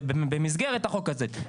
במסגרת החוק הזה,